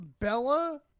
Bella